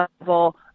level